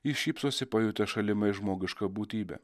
jis šypsosi pajutęs šalimais žmogišką būtybę